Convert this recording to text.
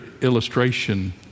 illustration